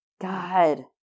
God